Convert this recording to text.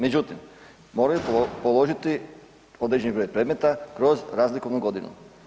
Međutim, moraju položiti određeni broj predmeta kroz razlikovnu godinu.